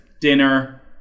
dinner